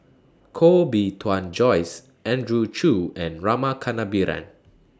Koh Bee Tuan Joyce Andrew Chew and Rama Kannabiran